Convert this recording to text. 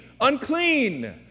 unclean